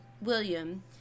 William